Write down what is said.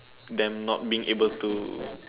them not being able to